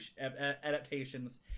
adaptations